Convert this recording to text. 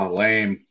lame